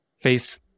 face